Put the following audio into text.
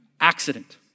accident